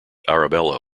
arabella